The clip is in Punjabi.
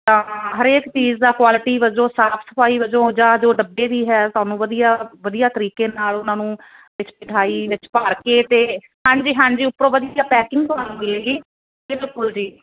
ਤਾਂ ਹਰੇਕ ਚੀਜ਼ ਦਾ ਕੁਆਲਿਟੀ ਵਜੋਂ ਸਾਫ ਸਫਾਈ ਵਜੋਂ ਜਾਂ ਜੋ ਡੱਬੇ ਵੀ ਹੈ ਥੋਨੂੰ ਵਧੀਆ ਵਧੀਆ ਤਰੀਕੇ ਨਾਲ ਉਹਨਾਂ ਨੂੰ ਮਿਠਾਈ ਵਿੱਚ ਭਰ ਕੇ ਤੇ ਹਾਂਜੀ ਹਾਂਜੀ ਉੱਪਰੋਂ ਵਧੀਆ ਪੈਕਿੰਗ ਤੁਹਾਨੂੰ ਮਿਲੇਗੀ ਬਿਲਕੁਲ ਜੀ